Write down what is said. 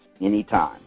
anytime